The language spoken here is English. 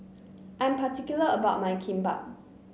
I'm particular about my Kimbap